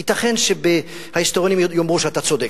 ייתכן שההיסטוריונים יאמרו שאתה צודק,